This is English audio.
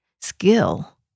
skill